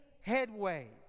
headway